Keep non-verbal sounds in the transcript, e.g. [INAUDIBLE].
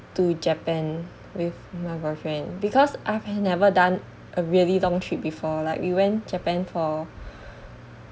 to japan with my boyfriend because I've never done a really long trip before like we went japan for [BREATH]